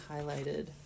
highlighted